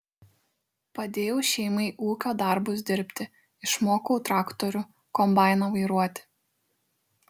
padėjau šeimai ūkio darbus dirbti išmokau traktorių kombainą vairuoti